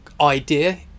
idea